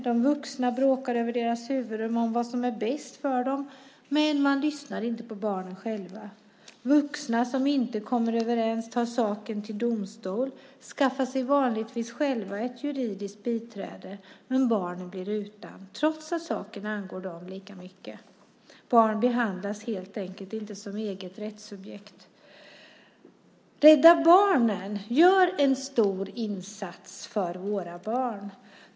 De vuxna bråkar över deras huvuden om vad som är bäst för dem, men man lyssnar inte på barnen själva. Vuxna som inte kommer överens tar saken till domstol och skaffar sig vanligtvis juridiskt biträde, men barnen blir utan trots att saken angår dem lika mycket. Barn behandlas helt enkelt inte som eget rättssubjekt. Rädda Barnen gör en stor insats för våra barn.